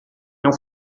não